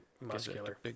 muscular